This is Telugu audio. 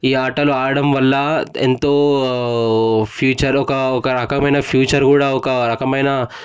ఈ ఆటలు ఆడడం వల్ల ఎంతో ఫీచర్ ఒక ఒక రకమైన ఫ్యూచర్ కూడా ఒక రకమైన